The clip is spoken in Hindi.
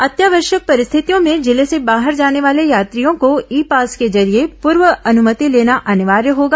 अत्यावश्यक परिस्थितियों में जिले से बाहर जाने वाले यात्रियों को ई पास के जरिये पूर्व अनुमति लेना अनिवार्य होगा